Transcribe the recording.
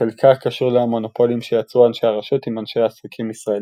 שחלקה קשור למונופולים שיצרו אנשי הרשות עם אנשי עסקים ישראליים.